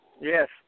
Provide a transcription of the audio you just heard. Yes